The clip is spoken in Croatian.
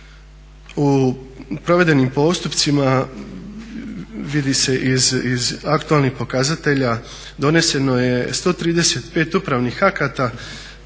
U provedenim postupcima vidi se iz aktualnih pokazatelja, doneseno je 135 upravnih akata